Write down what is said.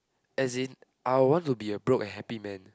as in I will want to be a broke and happy man